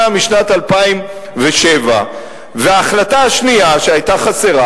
משנת 2007. וההחלטה השנייה שהיתה חסרה,